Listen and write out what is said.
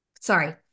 sorry